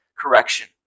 Correction